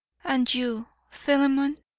and you, philemon?